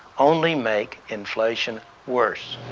only make inflation worse.